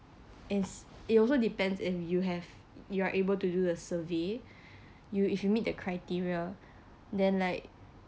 as it also depends if you have you are able to do the survey you if you meet the criteria then like